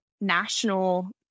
national